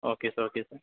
okay sir okay sir